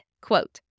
quote